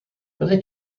byddet